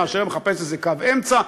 מחפש איזה קו אמצע.